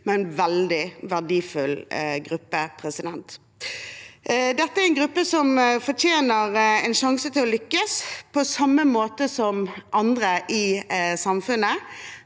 men veldig verdifull gruppe. Dette er en gruppe som fortjener en sjanse til å lykkes, på samme måte som andre i samfunnet,